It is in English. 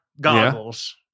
goggles